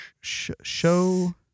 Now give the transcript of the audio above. Show